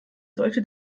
solche